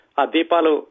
adipalu